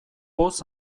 poz